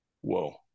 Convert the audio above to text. whoa